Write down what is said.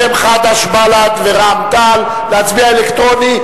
להצביע אלקטרונית.